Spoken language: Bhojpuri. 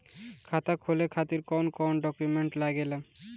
खाता खोले खातिर कौन कौन डॉक्यूमेंट लागेला?